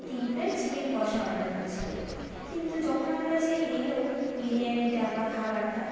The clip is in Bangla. তিন প্লেট চিকেন কষা অর্ডার করেছিলাম কিন্তু যখন আমার কাছে এল বিরিয়ানিটা বা খাবারটা